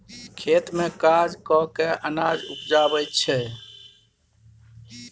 खेत मे काज कय केँ अनाज उपजाबै छै